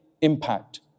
impact